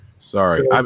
Sorry